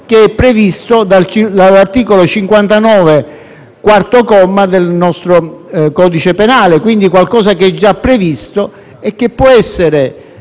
che è previsto dall'articolo 59, quarto comma, del nostro codice penale, quindi qualcosa che è già previsto e che può essere